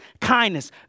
kindness